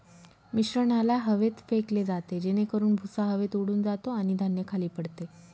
मिश्रणाला हवेत फेकले जाते जेणेकरून भुसा हवेत उडून जातो आणि धान्य खाली पडते